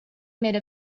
made